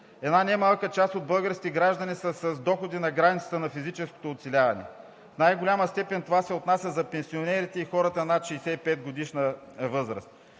една немалка част от българските граждани са с доходи на границата на физическото оцеляване. В най-голяма степен това се отнася за пенсионерите и хората над 65-годишна възраст.